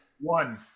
One